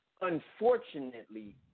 unfortunately